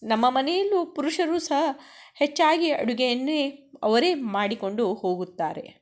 ನಮ್ಮ ಮನೆಯಲ್ಲೂ ಪುರುಷರೂ ಸಹ ಹೆಚ್ಚಾಗಿ ಅಡುಗೆಯನ್ನೇ ಅವರೇ ಮಾಡಿಕೊಂಡು ಹೋಗುತ್ತಾರೆ